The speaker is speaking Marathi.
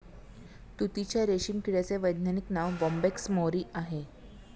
तुतीच्या रेशीम किड्याचे वैज्ञानिक नाव बोंबॅक्स मोरी आहे